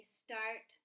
start